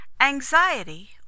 Anxiety